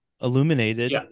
illuminated